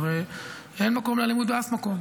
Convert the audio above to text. אין אלימות באף מקום,